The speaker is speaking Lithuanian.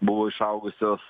buvo išaugusios